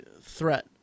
threat